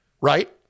Right